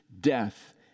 death